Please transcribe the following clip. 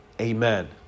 Amen